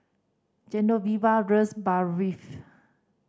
Genoveva Barfi